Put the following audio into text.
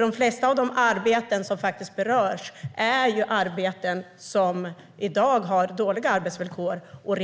De flesta av de arbeten som berörs är arbeten där det redan i dag är dåliga arbetsvillkor och